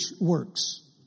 works